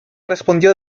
respondió